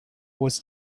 was